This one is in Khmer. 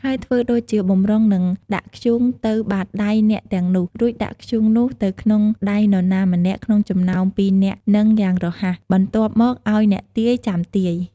ហើយធ្វើដូចជាបម្រុងនឹងដាក់ធ្យូងទៅបាតដៃអ្នកទាំងនោះ រួចដាក់ធ្យូងនោះទៅក្នុងដៃនរណាម្នាក់ ក្នុងចំណោមពីរនាក់ហ្នឹងយ៉ាងរហ័ស បន្ទាប់មកឲ្យអ្នកទាយ ចាំទាយ។